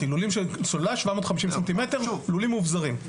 לולי סוללה מאובזרים, 750 ס"מ.